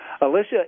Alicia